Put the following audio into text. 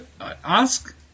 ask